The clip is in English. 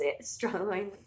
Struggling